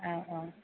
औ औ